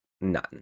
none